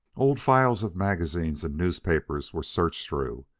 old files of magazines and newspapers were searched through,